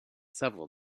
several